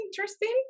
interesting